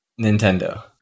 Nintendo